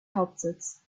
hauptsitz